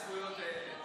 24, אין מתנגדים.